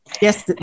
Yes